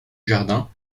jardin